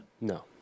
No